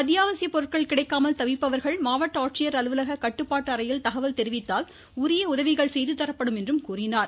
அத்தியாவசிய பொருட்கள் கிடைக்காமல் தவிப்பவர்கள் மாவட்ட ஆட்சியர் அலுவலக கட்டுப்பாட்டு அறையில் தகவல் தெரிவித்தால் உரிய உதவிகள் செய்து தரப்படும் என்றார்